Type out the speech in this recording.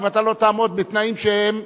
אם אתה לא תעמוד בתנאים שהם,